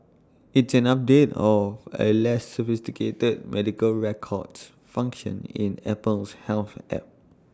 it's an update of A less sophisticated medical records function in Apple's health app